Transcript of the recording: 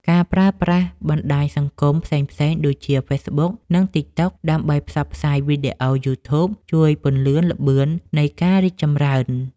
ការប្រើប្រាស់បណ្តាញសង្គមផ្សេងៗដូចជា ហ្វេសប៊ុក និង តិក តុក ដើម្បីផ្សព្វផ្សាយវីដេអូ យូធូប ជួយពន្លឿនល្បឿននៃការរីកចម្រើន។